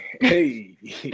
hey